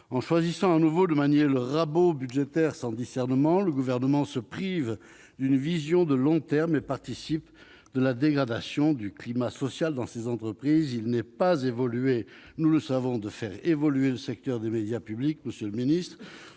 En choisissant de manier de nouveau le rabot budgétaire sans discernement, le Gouvernement se prive d'une vision de long terme et contribue à la dégradation du climat social dans ces entreprises. Il n'est pas aisé, nous le savons, de faire évoluer le secteur des médias publics, surtout quand le ministère